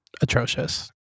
atrocious